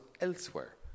elsewhere